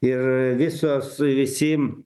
ir visos visi